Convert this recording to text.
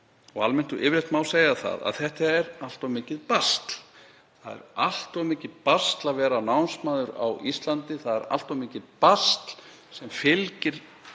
og almennt og yfirleitt má segja að þetta sé allt of mikið basl. Það er allt of mikið basl að vera námsmaður á Íslandi. Það er allt of mikil basl sem fylgir því